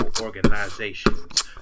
organizations